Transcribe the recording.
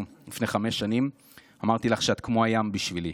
לפני חמש שנים אמרתי לך שאת כמו הים בשבילי,